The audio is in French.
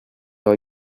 aura